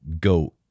go